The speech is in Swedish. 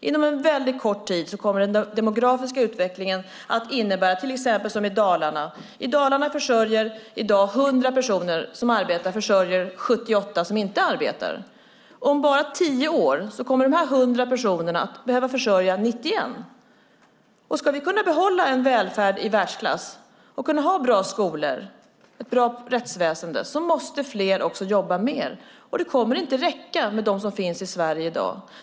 Inom en väldigt kort tid kommer den demografiska utvecklingen att innebära det som är fallet i till exempel Dalarna. Där försörjer i dag 100 personer som arbetar 78 som inte arbetar. Om bara tio år kommer de 100 personerna att behöva försörja 91. Om vi ska kunna behålla en välfärd i världsklass och kunna ha bra skolor och ett bra rättsväsen måste fler jobba mer. Det kommer inte att räcka med dem som finns i Sverige i dag.